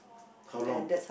how long